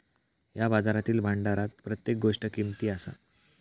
या बाजारातील भांडारात प्रत्येक गोष्ट किमती असा